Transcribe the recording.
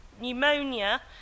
pneumonia